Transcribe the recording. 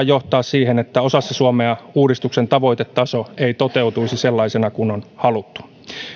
johtaa siihen että osassa suomea uudistuksen tavoitetaso ei toteutuisi sellaisena kuin on haluttu